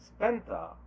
Spenta